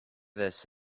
this